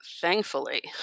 thankfully